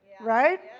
Right